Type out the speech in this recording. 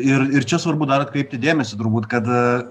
ir ir čia svarbu dar atkreipti dėmesį turbūt kad